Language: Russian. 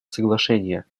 соглашения